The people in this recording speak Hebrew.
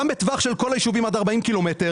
גם בטווח של כל היישובים עד 40 קילומטר.